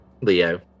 Leo